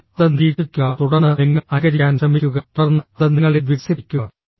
അതിനാൽ അത് നിരീക്ഷിക്കുക തുടർന്ന് നിങ്ങൾ അനുകരിക്കാൻ ശ്രമിക്കുക തുടർന്ന് അത് നിങ്ങളിൽ വികസിപ്പിക്കുക